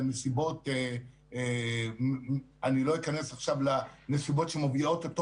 אני לא אכנס עכשיו לנסיבות שמביאות אותו